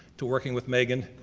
to working with meghan,